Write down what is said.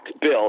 bill